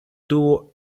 tuvo